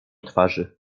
twarzy